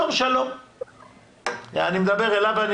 אני מדבר אליו,